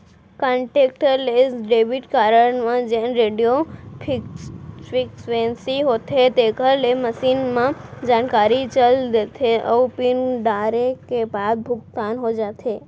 contactless debit card म जेन radio frequency होथे तेकर ले मसीन म जानकारी चल देथे अउ पिन डारे के बाद भुगतान हो जाथे